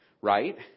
right